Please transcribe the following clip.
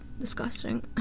disgusting